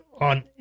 on